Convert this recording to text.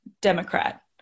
Democrat